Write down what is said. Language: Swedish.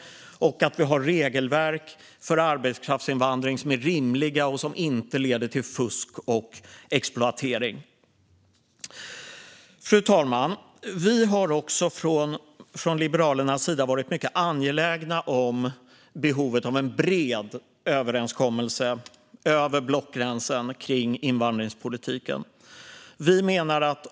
Det ska finnas regelverk för arbetskraftsinvandring som är rimliga och som inte leder till fusk och exploatering. Fru talman! Liberalerna har varit mycket angelägna om behovet av en bred överenskommelse över blockgränsen om invandringspolitiken.